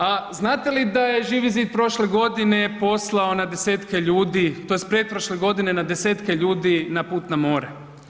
A znate li da je Živi zid prošle godine poslao na desetke ljudi, tj. pretprošle godine, na desetke ljudi na put na more?